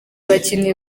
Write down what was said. abakinnyi